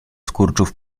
skurczów